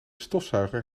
stofzuiger